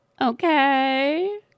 okay